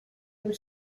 her